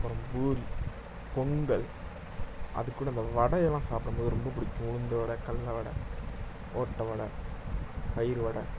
அப்பறம் பூரி பொங்கல் அதுகூட இந்த வடையெல்லாம் சாப்பிடும்போது ரொம்ப பிடிக்கும் உளுந்த வடை கடல வடை ஓட்டை வடை தயிர்வடை